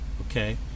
Okay